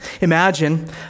Imagine